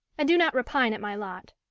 i do not repine at my lot.